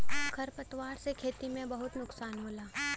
खर पतवार से खेती में बहुत नुकसान होला